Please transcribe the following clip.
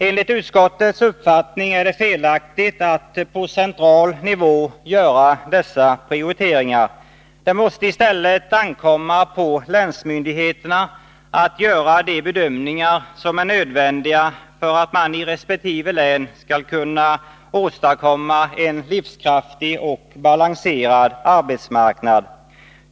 Enligt utskottets uppfattning är det felaktigt att på central nivå göra dessa prioriteringar. Det måste i stället ankomma på länsmyndigheterna att göra de bedömningar som är nödvändiga för att man i resp. län skall kunna åstadkomma en livskraftig och balanserad arbetsmarknad.